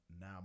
Now